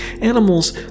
Animals